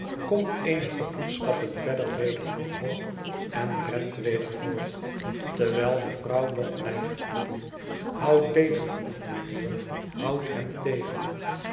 komt eenige voetstappen verder weder omhoog en rent weder voort terwijl de vrouw nog blijft roepen hou tegen mijnheer houd hem tegen